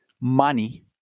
money